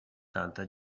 tanta